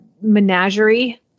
menagerie